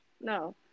no